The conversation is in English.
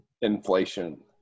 inflation